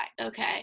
okay